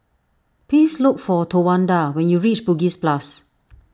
please look for Towanda when you reach Bugis Plus